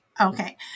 okay